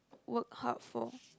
work hard for